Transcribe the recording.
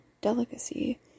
delicacy